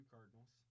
Cardinals